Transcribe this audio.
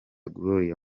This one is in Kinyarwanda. gloria